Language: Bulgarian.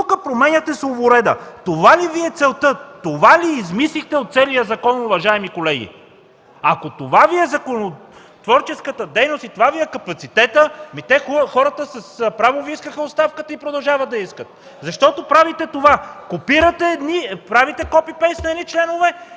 това ли Ви е целта? Това ли измислихте от целия закон, уважаеми колеги? Ако това Ви е законотворческата дейност и това Ви е капацитетът – хората с право Ви искаха оставката, и продължават да я искат. Защото правите копи-пейст на едни членове